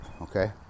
okay